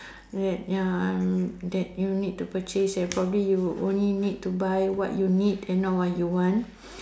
that ya um that you need to purchase and probably you only need to buy what you need and not what you want